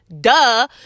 Duh